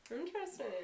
interesting